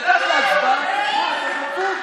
ארבעה הצביעו.